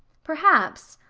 perhaps.